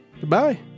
goodbye